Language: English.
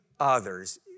others